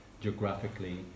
geographically